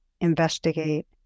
investigate